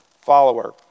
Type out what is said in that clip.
follower